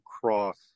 cross